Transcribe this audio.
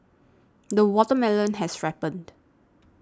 the watermelon has ripened